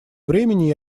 времени